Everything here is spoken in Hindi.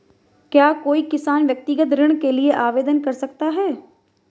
क्या कोई किसान व्यक्तिगत ऋण के लिए आवेदन कर सकता है?